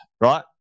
right